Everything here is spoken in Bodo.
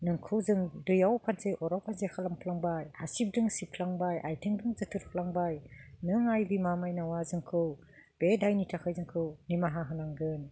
नोंखौ जों दैआव फाथि अराव फाथि खालामफ्लांबाय हासिबदों सिबफ्लांबाय आथिंजों जोथ्रोदफ्लांबाय नों आइ बिमा माइनावा जोंखौ बे दायनि थाखाय जोंखौ निमाहा होनांगोन